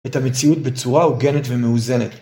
את המציאות בצורה הוגנת ומאוזנת.